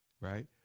right